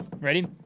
ready